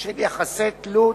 של יחסי תלות